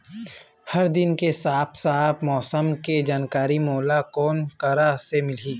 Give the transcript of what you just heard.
हर दिन के साफ साफ मौसम के जानकारी मोला कोन करा से मिलही?